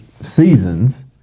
seasons